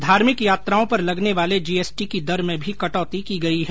धार्मिक यात्राओं पर लगने वाले जीएसटी की दर में भी कटौती की गई है